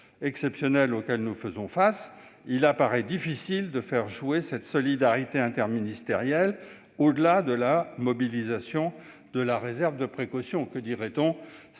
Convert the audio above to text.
exceptionnelles auxquelles nous faisons face, il paraît difficile de faire jouer cette solidarité interministérielle au-delà de la mobilisation de la réserve de précaution. Que dirait-on